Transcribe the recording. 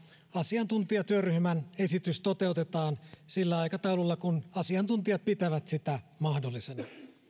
asiantuntijatyöryhmän esitys toteutetaan sillä aikataululla mitä asiantuntijat pitävät mahdollisena